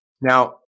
Now